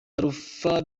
alpha